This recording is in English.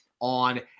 on